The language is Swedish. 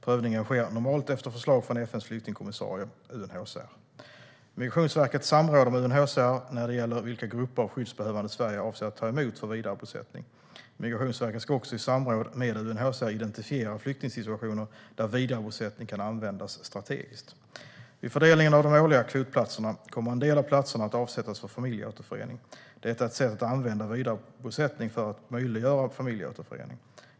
Prövningen sker normalt efter förslag från FN:s flyktingkommissarie, UNHCR. Migrationsverket samråder med UNHCR när det gäller vilka grupper av skyddsbehövande Sverige avser att ta emot för vidarebosättning. Migrationsverket ska också i samråd med UNHCR identifiera flyktingsituationer där vidarebosättning kan användas strategiskt. Vid fördelningen av de årliga kvotplatserna kommer en del av platserna att avsättas för familjeåterförening. Detta är ett sätt att använda vidarebosättning för att möjliggöra familjeåterförening.